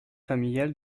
familiale